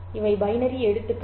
இவை பைனரி எழுத்துக்கள்